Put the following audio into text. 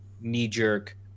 knee-jerk